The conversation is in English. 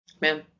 man